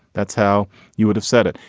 that's how you would have said it.